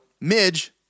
Midge